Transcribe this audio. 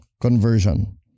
conversion